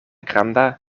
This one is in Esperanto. granda